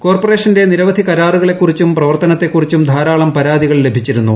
കോർപ്പറേഷന്റെ നിരവധി കരാറുകളെ കുറിച്ചും പ്രവർത്തനത്തെ കുറിച്ചും ധാരാളം പരാതികൾ ലഭിച്ചിരുന്നു